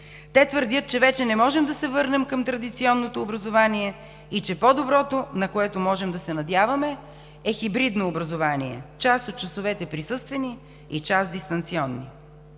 Те твърдят, че вече не можем да се върнем към традиционното образование и че по-доброто, на което можем да се надяваме, е хибридното образование – част от часовете да са присъствени и част дистанционни.